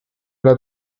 alla